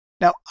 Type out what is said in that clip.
Now